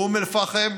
באום אל-פחם,